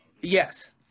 Yes